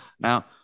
Now